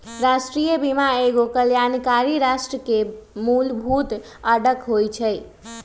राष्ट्रीय बीमा एगो कल्याणकारी राष्ट्र के मूलभूत अङग होइ छइ